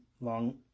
long